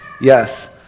Yes